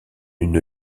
une